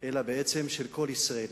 אלא בעצם של כל ישראלי.